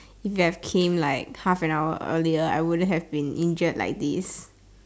if you have came like half an hour earlier I wouldn't have been injured like this